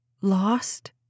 lost